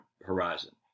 horizon